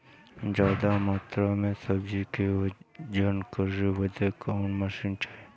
ज्यादा मात्रा के सब्जी के वजन करे बदे कवन मशीन चाही?